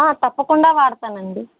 తప్పకుండా వాడతానండి